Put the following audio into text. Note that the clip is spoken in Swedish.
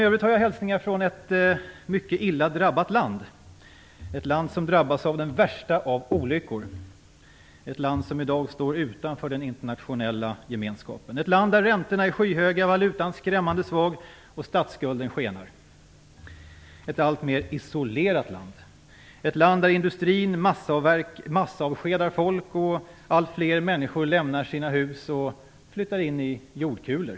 Jag har hälsningar från ett mycket illa drabbat land, ett land som drabbats av den värsta av olyckor och som i dag står utanför den internationella gemenskapen, ett land där räntorna är skyhöga, valutan skrämmande svag och statsskulden skenar, ett alltmer isolerat land där industrin massavskedar folk och allt fler människor lämnar sina hus för att flytta in i jordkulor.